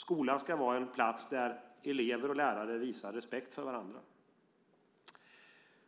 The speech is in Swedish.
Skolan ska vara en plats där elever och lärare visar respekt för varandra.